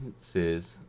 says